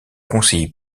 conseiller